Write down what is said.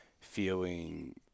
feeling